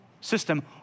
system